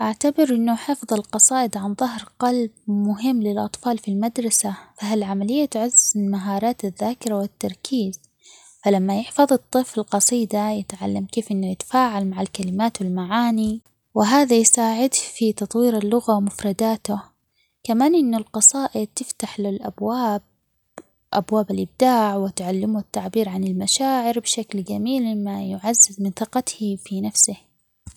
أعتبر إنو حفظ القصايد عن ظهر قلب مهم للأطفال في المدرسة، فهالعملية تعزز من مهارات الذاكرة والتركيز فلما يحفظ الطفل قصيدة يتعلم كيف إنو يتفاعل مع الكلمات والمعاني وهذا يساعده في تطوير اللغة ومفرداته كمان إنو القصائد تفتحله الأبواب أبواب الإبداع وتعلمه التعبير عن المشاعربشكل جميل مما يعزز قي ثقته في نفسه.